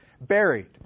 buried